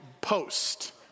post